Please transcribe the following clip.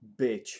bitch